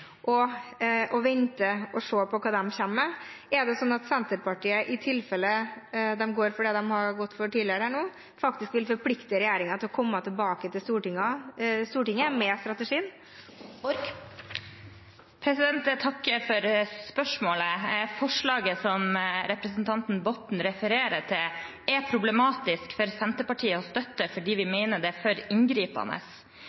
dette og vente og se på hva de kommer med? Er det slik at Senterpartiet, i tilfelle de går for det de har gått for tidligere, faktisk vil forplikte regjeringen til å komme tilbake til Stortinget med strategien? Jeg takker for spørsmålet. Forslaget som representanten Botten refererer til, er problematisk for Senterpartiet å støtte fordi vi